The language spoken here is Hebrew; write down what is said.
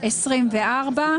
גם אני הגשתי רוויזיות.